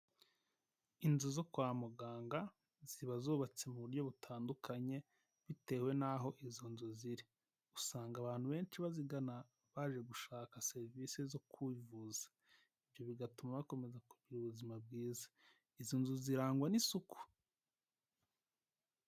Inzu zo kwa muganga ziba zubatse mu buryo butandukanye bitewe n'aho izo nzu ziri. Usanga abantu benshi bazigana, baje gushaka serivisi zo kwivuza ibyo bigatuma bakomeza kugira ubuzima bwiza. Izo nzu zirangwa n'isuku.